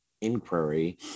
inquiry